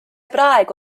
praegu